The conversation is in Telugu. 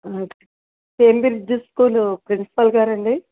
కేంబ్రిడ్జ్ స్కూల్ ప్రిన్సిపల్ గారండి